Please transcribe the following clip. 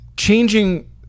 changing